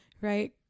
right